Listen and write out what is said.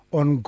on